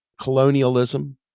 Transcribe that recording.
colonialism